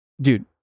Dude